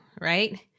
right